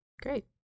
great